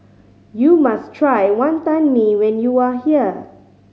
you must try Wantan Mee when you are here